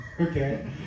okay